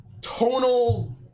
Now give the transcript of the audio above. tonal